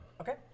Okay